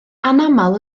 anaml